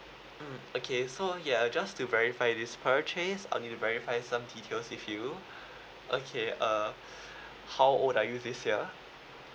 mm okay so ya uh just to verify this purchase I'll need to verify some details with you okay uh how old are you this year